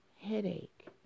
headache